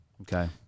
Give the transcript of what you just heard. Okay